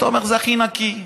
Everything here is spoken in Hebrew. אתה אומר: זה הכי נקי.